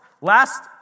last